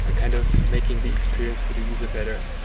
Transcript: and kind of making the experience for the user better.